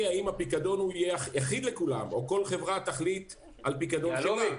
האם הפיקדון יהיה אחיד לכולם או כל חברה תחליט על פיקדון שלה?